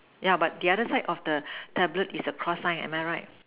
yeah but the other side of the tablet is a cross sign am I right